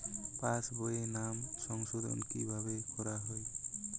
পাশ বইয়ে নাম সংশোধন কিভাবে করা হয়?